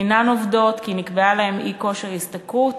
ואינן עובדות, כי נקבע להן אי-כושר השתכרות.